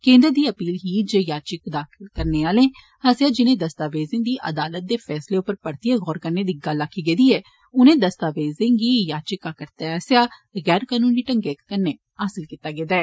केन्द्र दी दलील ही जे याचिका दाखल करने आलें आस्सेआ जिनें दस्तावेजें गी अदालता दे फैसले उप्पर परतियै गौर करने दी गल्ल आक्खी गेदी ऐ उनें दस्तावेजें गी याचिका करता आस्सेआ गैर कूननी ढंगै कन्नै हासल कीता गेदा ऐ